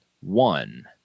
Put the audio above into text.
one